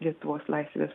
lietuvos laisvės